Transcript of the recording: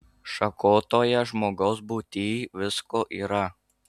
šakotoje žmogaus būtyj visko yra